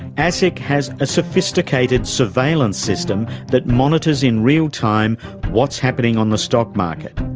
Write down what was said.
asic has a sophisticated surveillance system that monitors in real time what's happening on the stock market,